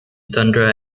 tundra